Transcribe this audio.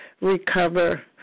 recover